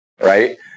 right